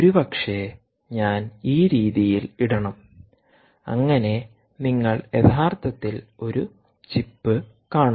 ഒരുപക്ഷേ ഞാൻ ഈ രീതിയിൽ ഇടണം അങ്ങനെ നിങ്ങൾ യഥാർത്ഥത്തിൽ ഒരു ചിപ്പ് കാണും